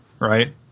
right